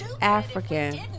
African